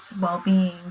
well-being